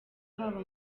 haba